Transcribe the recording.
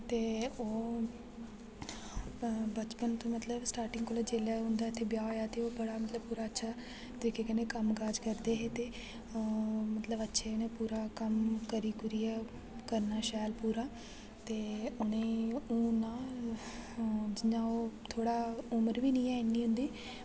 ते ओह् बचपन तूं मतलब स्टार्टिंग कोला जेल्लै उ'न्दा इ'त्थें ब्याह् होया ते ओह् बड़ा मतलब बड़ा अच्छा ऐ ते कि'न्ने कम्म काज करदे हे ते मतलब अच्छे न पूरा कम्म करी करियै करना शैल पूरा ते उ'नें ई हून न जि'यां ओह् थोह्ड़ा उम्र बी निं ऐ इ'न्नी